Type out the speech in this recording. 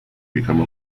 become